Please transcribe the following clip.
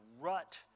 rut